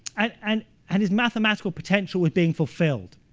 and and and his mathematical potential was being fulfilled.